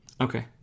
Okay